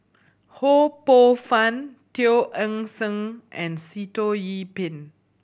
Ho Poh Fun Teo Eng Seng and Sitoh Yih Pin